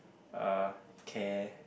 uh care